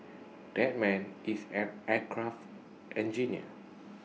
that man is an aircraft engineer